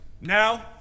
Now